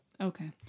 Okay